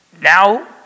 Now